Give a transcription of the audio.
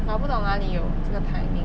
我不懂哪里有这个 timing